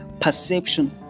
perception